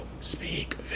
Speak